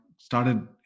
started